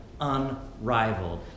unrivaled